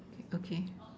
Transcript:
okay